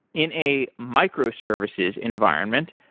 in a microservices environment,